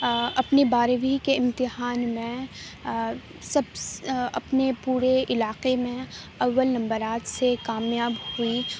اپنے بارہویں کے امتحان میں سبس اپنے پورے علاقے میں اول نمبرات سے کامیاب ہوئی